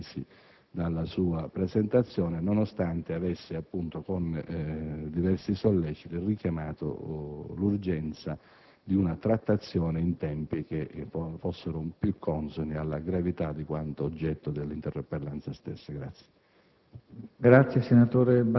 oltre tre mesi dalla sua presentazione, nonostante avessi, con diversi solleciti, richiamato l'urgenza di una trattazione in tempi che fossero più consoni alla gravità di quanto oggetto dell'interpellanza stessa.